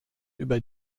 über